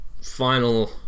final